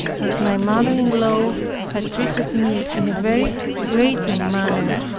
as my mother-in-law had treated me in a very grating manner,